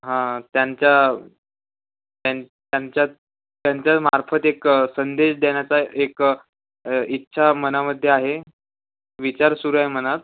हां त्यांच्या त्यां त्यांच्या त्यांच्या मार्फत एक संदेश देण्याचा एक इच्छा मनामध्ये आहे विचार सुरू आहे मनात